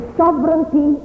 sovereignty